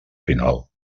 final